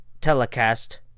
telecast